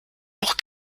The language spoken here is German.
auch